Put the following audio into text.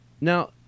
Now